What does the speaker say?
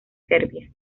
serbia